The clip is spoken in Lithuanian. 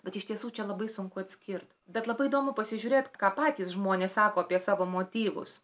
bet iš tiesų čia labai sunku atskirt bet labai įdomu pasižiūrėt ką patys žmonės sako apie savo motyvus